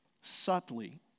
subtly